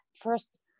first